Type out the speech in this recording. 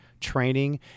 training